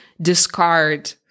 discard